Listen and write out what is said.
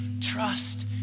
trust